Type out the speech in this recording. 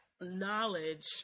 knowledge